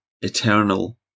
eternal